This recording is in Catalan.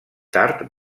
tard